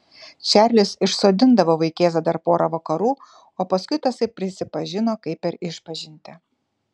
čarlis išsodindavo vaikėzą dar pora vakarų o paskui tasai prisipažino kaip per išpažintį